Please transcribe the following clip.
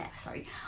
sorry